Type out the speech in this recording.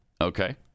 Okay